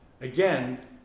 Again